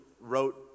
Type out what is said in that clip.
wrote